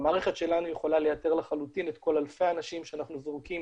המערכת שלנו יכולה לייתר לחלוטין את כל אלפי האנשים שאנחנו זורקים